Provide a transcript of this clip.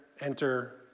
enter